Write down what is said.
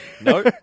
no